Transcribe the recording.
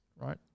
right